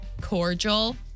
cordial